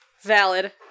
Valid